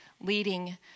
leading